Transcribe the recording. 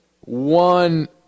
one